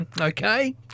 Okay